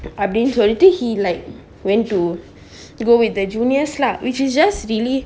அப்டின்னு சொல்லிட்டு:apdinnu sollittu he like want to go with the junior lah which is just really